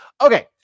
Okay